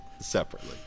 separately